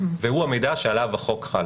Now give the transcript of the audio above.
והוא המידע שעליו החוק חל.